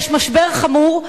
יש משבר חמור,